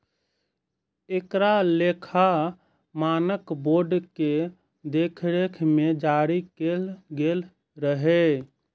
एकरा लेखा मानक बोर्ड के देखरेख मे जारी कैल गेल रहै